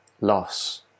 loss